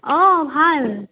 অঁ ভাল